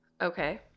Okay